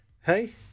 Hey